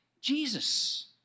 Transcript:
Jesus